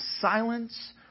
silence